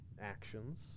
actions